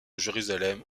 jérusalem